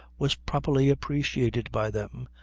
was properly appreciated by them,